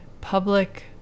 public